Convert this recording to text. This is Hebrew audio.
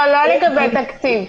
לא לגבי תקציב.